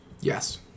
Yes